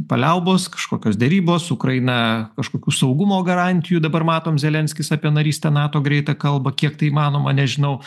paliaubos kažkokios derybos ukraina kažkokių saugumo garantijų dabar matom zelenskis apie narystę nato greitą kalbą kiek tai įmanoma nežinau